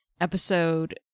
episode